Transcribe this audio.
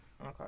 Okay